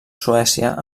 suècia